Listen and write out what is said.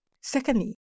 Secondly